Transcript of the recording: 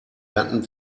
gatten